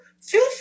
feel